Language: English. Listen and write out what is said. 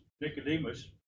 Nicodemus